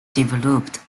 developed